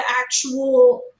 actual